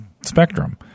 spectrum